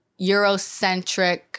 Eurocentric